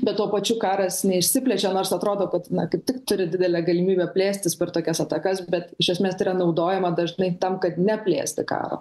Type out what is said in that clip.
bet tuo pačiu karas neišsiplečia nors atrodo kad na kaip tik turi didelę galimybę plėstis per tokias atakas bet iš esmės tai yra naudojama dažnai tam kad neplėsti karo